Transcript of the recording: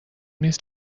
نیست